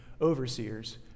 overseers